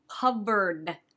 covered